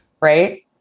right